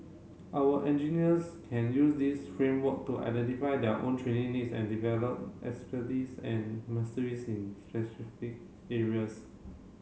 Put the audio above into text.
our engineers can use this framework to identify their own training needs and develop and mastery in specific areas